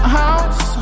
house